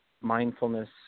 mindfulness